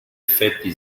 effetti